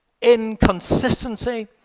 inconsistency